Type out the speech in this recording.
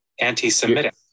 Anti-Semitic